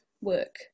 work